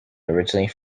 originally